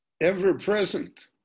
ever-present